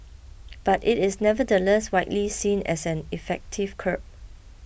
but it is nevertheless widely seen as an effective curb